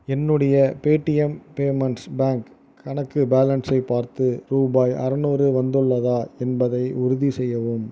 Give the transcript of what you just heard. என்னுடைய Paytm payments bank கணக்கு பேலன்ஸை பார்த்து ரூபாய் அறநூறு வந்துள்ளதா என்பதை உறுதி செய்யவும்